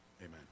Amen